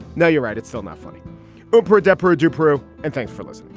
now you're right it's still not funny but poor desperate to prove and thanks for this